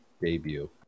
debut